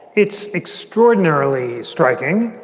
it's extraordinarily striking.